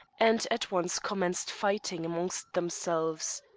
and at once commenced fighting amongst themselves.